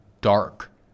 dark